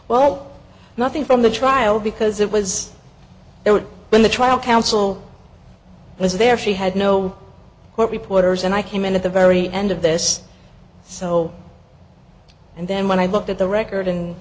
well nothing from the trial because it was there when the trial counsel was there she had no what reporters and i came in at the very end of this so and then when i looked at the record and